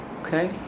okay